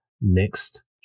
next